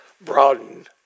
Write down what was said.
broaden